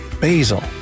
basil